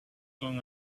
going